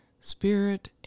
spirit